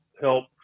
help